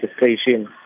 registration